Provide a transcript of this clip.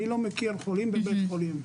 אני לא מכיר חולים בבית החולים.